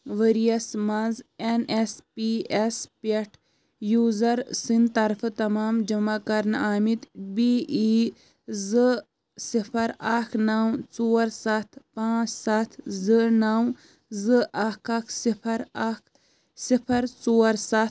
ؤرۍ یَس مَنٛز ایٚن ایٚس پی یَس پٮ۪ٹھ یوٗزر سٕنٛدۍ طرفہٕ تمام جمع کرنہٕ آمِتۍ بی ای زٕ صِفَر اکھ نَو ژور سَتھ پانٛژھ سَتھ زٕ نَو زٕ اکھ اکھ صِفر اکھ صِفر ژور سَتھ